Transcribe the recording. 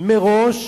מראש